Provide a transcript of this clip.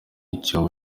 icyobo